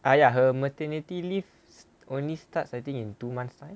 ah ya her maternity leave only starts I think in two months time